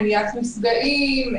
מניעת נפגעים,